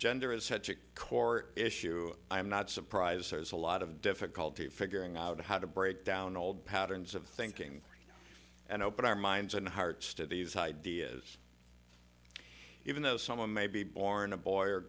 gender is such a core issue i'm not surprised there is a lot of difficulty figuring out how to break down old patterns of thinking and open our minds and hearts to these ideas even though someone may be born a boy or